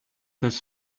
his